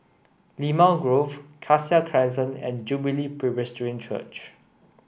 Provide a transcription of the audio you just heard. Limau Grove Cassia Crescent and Jubilee Presbyterian Church